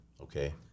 Okay